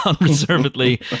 unreservedly